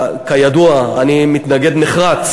כידוע, אני מתנגד נחרץ